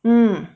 mm